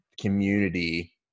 community